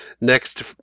next